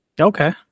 Okay